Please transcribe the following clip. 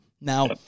Now